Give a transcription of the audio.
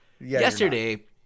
yesterday